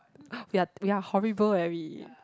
we are we are horrible eh we